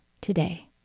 today